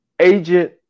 agent